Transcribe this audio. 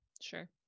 Sure